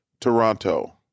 Toronto